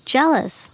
Jealous